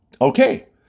Okay